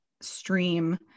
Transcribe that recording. stream